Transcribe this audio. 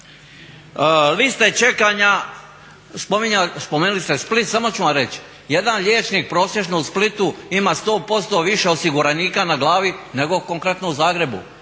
Liste čekanja, spomenuli ste Split. Samo ću vam reći, jedan liječnik prosječno u Splitu ima 100% više osiguranika na glavi nego konkretno u Zagrebu.